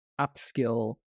upskill